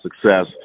success